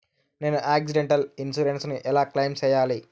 నేను accidental insurance ను ఎలా క్లెయిమ్ సేయాలి?